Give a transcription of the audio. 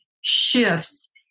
shifts